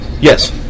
Yes